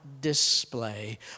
display